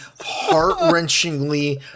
heart-wrenchingly